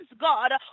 God